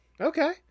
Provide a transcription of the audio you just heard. Okay